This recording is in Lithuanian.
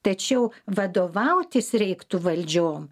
tačiau vadovautis reiktų valdžiom